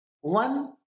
One